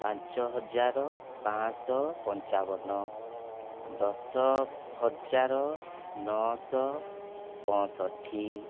ପାଞ୍ଚହଜାର ପାଞ୍ଚଶହ ପଞ୍ଚାବନ ଦଶହଜାର ନଅଶହ ପଞ୍ଚଷଠି